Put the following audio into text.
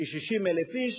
כ-60,000 איש,